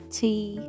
tea